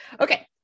Okay